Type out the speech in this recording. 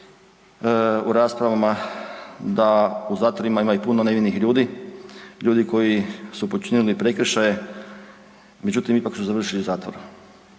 u rasprava da u zatvorima ima i puno nevinih ljudi, ljudi koji su počinili prekršaje međutim ipak su završili u zatvoru.